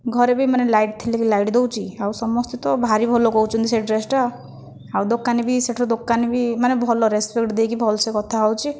ଘରେ ବି ମାନେ ଲାଇଟ୍ ଥିଲେ ଲାଇଟ୍ ଦେଉଛି ଆଉ ସମସ୍ତେ ତ ଭାରି ଭଲ କହୁଛନ୍ତି ସେ ଡ୍ରେସ୍ଟା ଆଉ ଦୋକାନୀ ବି ସେଠାର ଦୋକାନୀ ବି ମାନେ ଭଲରେ ରେସ୍ପେକ୍ଟ ଦେଇକି ଭଲସେ କଥା ହେଉଛି